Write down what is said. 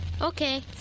Okay